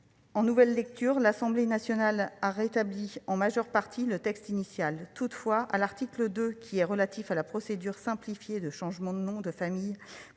En nouvelle lecture, l'Assemblée nationale a rétabli, en majeure partie, le texte initial. Toutefois, à l'article 2- qui est relatif à la procédure simplifiée susmentionnée -, les